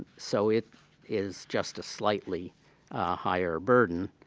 so, it is just a slightly higher burden.